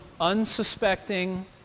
unsuspecting